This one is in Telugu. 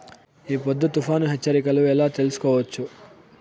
ఈ పొద్దు తుఫాను హెచ్చరికలు ఎలా తెలుసుకోవచ్చు?